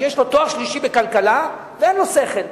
שיש לו תואר שלישי בכלכלה ואין לו שכל,